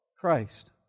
Christ